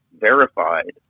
verified